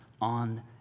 on